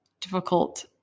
difficult